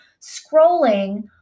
scrolling